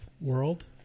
world